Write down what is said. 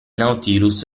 nautilus